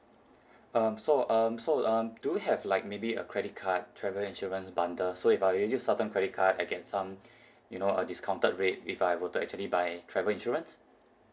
um so um so um do you have like maybe a credit card travel insurance bundle so if I will use certain credit card I get some you know a discounted rate if I were to actually buy travel insurance